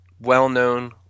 well-known